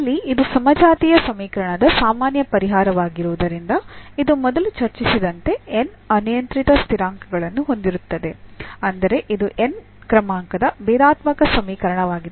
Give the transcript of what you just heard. ಇಲ್ಲಿ ಇದು ಸಮಜಾತೀಯ ಸಮೀಕರಣದ ಸಾಮಾನ್ಯ ಪರಿಹಾರವಾಗಿರುವುದರಿಂದ ಇದು ಮೊದಲು ಚರ್ಚಿಸಿದಂತೆ n ಅನಿಯಂತ್ರಿತ ಸ್ಥಿರಾಂಕಗಳನ್ನು ಹೊಂದಿರುತ್ತದೆ ಅಂದರೆ ಇದು n ನೇ ಕ್ರಮಾಂಕದ ಭೇದಾತ್ಮಕ ಸಮೀಕರಣವಾಗಿದೆ